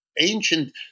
ancient